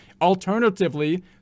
Alternatively